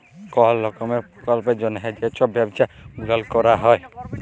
call রকমের পরকল্পের জ্যনহে যে ছব ব্যবছা গুলাল ক্যরা হ্যয়